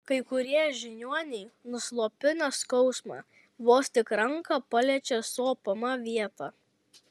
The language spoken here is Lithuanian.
kai kurie žiniuoniai nuslopina skausmą vos tik ranka paliečia sopamą vietą